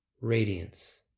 radiance